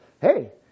hey